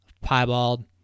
piebald